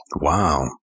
Wow